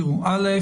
א',